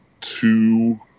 two